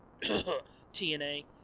TNA